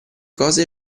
cose